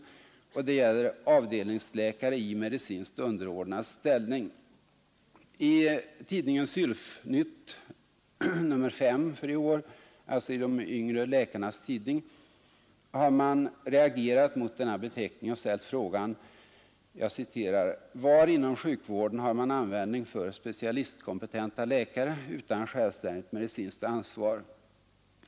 Det gäller ”avdelningsläkare i medicinskt underordnad ställning”. I Sylf-Nytt nr 5 för i år — alltså i de yngre läkarnas tidning har man reagerat mot denna beteckning och ställt frågan: ar inom sjukvården har man användning för specialistkompetenta läkare utan självständigt medicinskt ansvar?